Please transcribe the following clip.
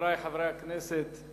חברי חברי הכנסת,